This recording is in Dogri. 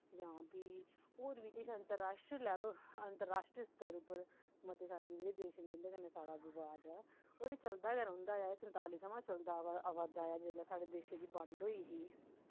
जां भी होर बी किश अंतर राश्ट्री लेवल अंतर राश्ट्री स्तर उप्पर मते सारे एह् नेह् देश न जिं'दे कन्नै साढ़ा विवाद ऐ और एह् चलदा गै रौंह्दा ऐ संताली थमां चलदा आवै आवै दा ऐ जिसलै साढ़े देशै दी बंड होई ही